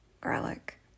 garlic